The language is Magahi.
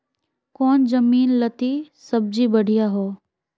कौन जमीन लत्ती सब्जी बढ़िया हों?